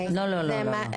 לא, לא.